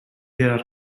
there